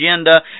agenda